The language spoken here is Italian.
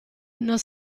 non